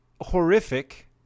horrific